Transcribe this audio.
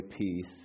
peace